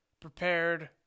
prepared